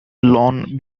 lawn